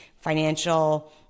financial